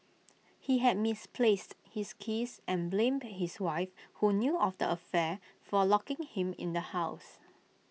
he had misplaced his keys and blamed his wife who knew of the affair for locking him in the house